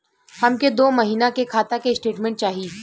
हमके दो महीना के खाता के स्टेटमेंट चाही?